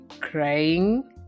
crying